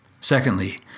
Secondly